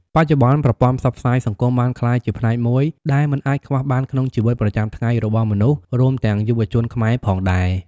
បច្ចុប្បន្ន ប្រព័ន្ធផ្សព្វផ្សាយសង្គមបានក្លាយជាផ្នែកមួយដែលមិនអាចខ្វះបានក្នុងជីវិតប្រចាំថ្ងៃរបស់មនុស្ស រួមទាំងយុវជនខ្មែរផងដែរ។